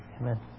Amen